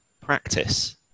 practice